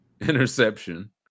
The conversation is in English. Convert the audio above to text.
interception